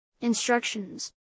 Instructions